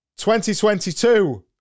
2022